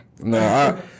No